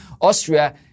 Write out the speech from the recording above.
Austria